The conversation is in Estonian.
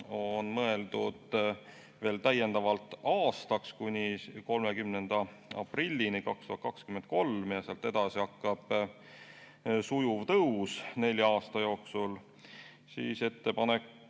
on mõeldud veel täiendavalt aastaks, kuni 30. aprillini 2023, ja sealt edasi hakkaks sujuv tõus nelja aasta jooksul, siis ettepanek